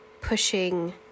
pushing